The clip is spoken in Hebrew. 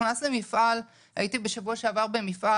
הייתי בשבוע שעבר במפעל